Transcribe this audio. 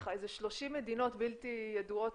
שככה איזה 30 מדינות בלתי ידועות